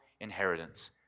inheritance